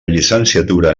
llicenciatura